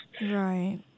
Right